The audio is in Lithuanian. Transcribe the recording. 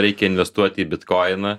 reikia investuoti į bitkoiną